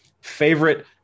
favorite